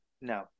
No